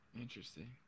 interesting